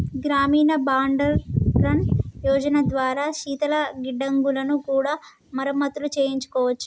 గ్రామీణ బండారన్ యోజన ద్వారా శీతల గిడ్డంగులను కూడా మరమత్తులు చేయించుకోవచ్చు